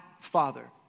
father